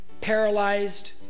paralyzed